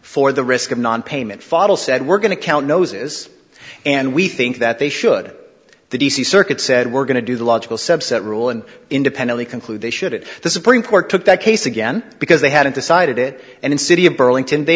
for the risk of nonpayment fogl said we're going to count noses and we think that they should the d c circuit said we're going to do the logical subset rule and independently conclude they should it the supreme court took that case again because they hadn't decided it and in city of burlington they